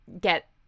get